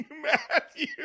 Matthew